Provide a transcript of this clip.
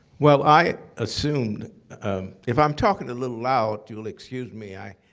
well, i assumed if i'm talking a little loud, you'll excuse me, i